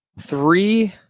three